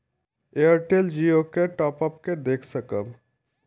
Airtel Jio के top up के देख सकब?